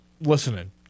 listening